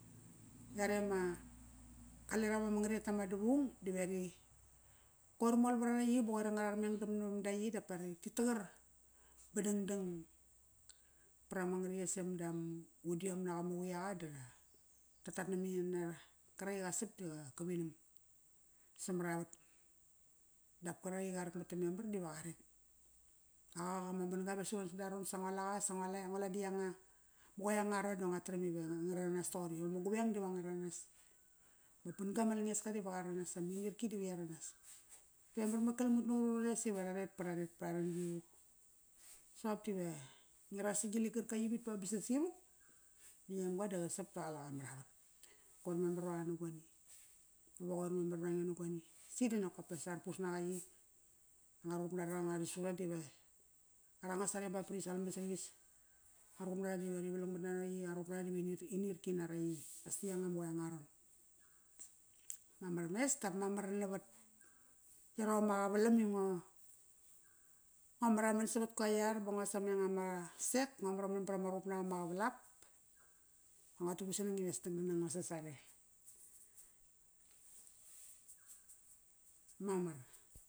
Iare ama qale ra vama ngariet ama davung, dave ri, qoir mol varara yi ba qoir anga rarmengdam navamda yi dap va ti taqar ba dangdang varama ngaritkisem da mudiom naqa ma quiaqa da ra tat namanina nara. Qarak i qasap da qa vinam samat a vat. Dap qarak i qa rakmat da memar diva qa ret Aqak ak ama ban-ga ves uron sada aron sa ngo laqa sa ngo la di ianga ma qoe angararon da ngo taram ive nga ngararanas taqori. Ma gueng diva nga raranas ma ban-ga ma langeska ive qararanas aminirki dive ia naranas. Ve marmar kalamut nures ive raret pa raret ba raran yivuk. Soqop dive ngi rar sagi ligarka yivit ba, ba sasivuk. Ngemga di qasap da qaleqa maravat. Koir memar varaqa na goni. Va qoir memar ura nge na goni. Si dinokopes sa arapus naqa yi, nga ruqup nara nga risura dive aranga sarebap ba ari sal namat sarias. Nga ruqup nara dive ri valangmat nana yi, anga ruqup nara diva inirki nara yi. As di yanga na qoe angararon. Mamar mes dap mamar navat iarom ma qavalam i ngo, ngo maraman savat go iar ba ngo sameng ama sek, ngo maraman vat ama ruqup nap ama qavalap. Da nguatu gu sanang ives dangdang nango sasare. Mamar.